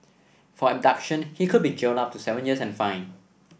for abduction he could be jailed up to seven years and fined